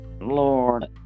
Lord